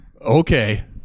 Okay